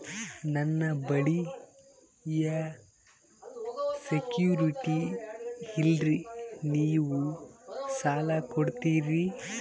ನನ್ನ ಬಳಿ ಯಾ ಸೆಕ್ಯುರಿಟಿ ಇಲ್ರಿ ನೀವು ಸಾಲ ಕೊಡ್ತೀರಿ?